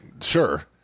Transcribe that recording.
sure